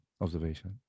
observation